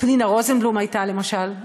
פנינה רוזנבלום הייתה, למשל.